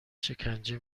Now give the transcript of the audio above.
شکنجه